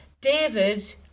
David